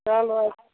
چلو حظ